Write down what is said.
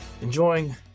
Enjoying